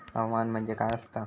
हवामान म्हणजे काय असता?